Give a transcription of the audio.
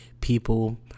people